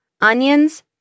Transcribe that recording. Onions